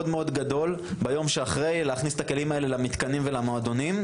גדול להכניס את הכלים האלה למתקנים ולמועדונים,